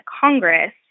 Congress